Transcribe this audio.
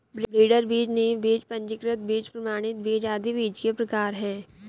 breeder बीज, नींव बीज, पंजीकृत बीज, प्रमाणित बीज आदि बीज के प्रकार है